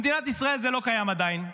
במדינת ישראל זה לא קיים עדיין.